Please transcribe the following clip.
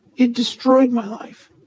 it destroyed my life.